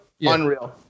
unreal